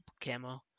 camo